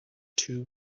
two